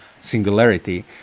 singularity